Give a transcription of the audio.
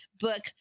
book